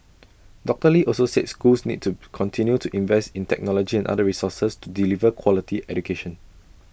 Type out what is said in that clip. doctor lee also said schools need to continue to invest in technology and other resources to deliver quality education